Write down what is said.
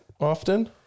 often